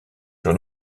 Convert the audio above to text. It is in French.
sur